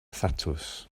thatws